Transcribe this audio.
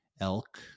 elk